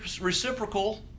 reciprocal